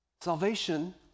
Salvation